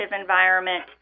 environment